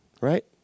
Right